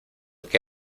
que